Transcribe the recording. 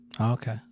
Okay